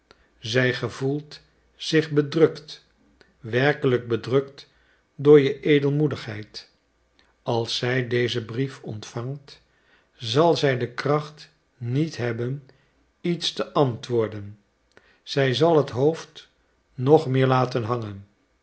zij gevoelt zich bedrukt werkelijk bedrukt door je edelmoedigheid als zij dezen brief ontvangt zal zij de kracht niet hebben iets te antwoorden zij zal het hoofd nog meer laten hangen